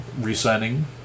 re-signing